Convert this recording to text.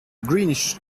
greenish